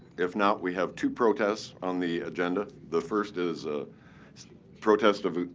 if not, we have two protests on the agenda. the first is a protest of